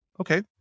okay